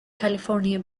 california